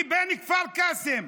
כבן כפר קאסם,